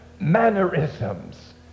mannerisms